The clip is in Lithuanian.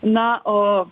na o